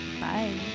Bye